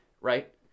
right